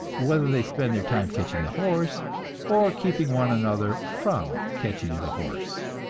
whether they spend their time catching the horse or keeping one another from catching the horse.